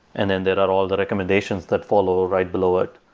and then there are all the recommendations that follow right below it.